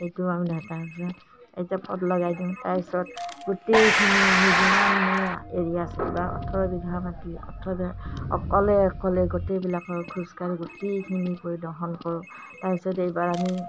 এইটো আমি তাৰ পিছত এতিয়া পদ লগাই দিওঁ তাৰ পিছত গোটেইখিনি আমি যিমান মানে এৰিয়া আছে ওঠৰ বিঘা মাতি ওঠৰ বিঘা অকলে অকলে গোটেইবিলাকৰ খোজকাঢ়ি গোটেইখিনি পৰিদৰ্শন কৰোঁ তাৰ পিছত এইবাৰ আমি